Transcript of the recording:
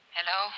Hello